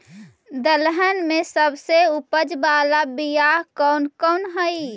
दलहन में सबसे उपज बाला बियाह कौन कौन हइ?